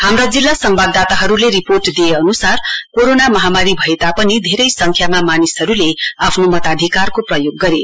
हाम्रा जिल्ला सम्वाददाताहरूले रिर्पोट दिए अनुसार कोराना महामारी भए तापनि धेरै संख्यामा मानिसहरूले आफ्नो मताधिकारको प्रयोग गरे